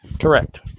Correct